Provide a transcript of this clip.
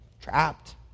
trapped